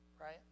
Right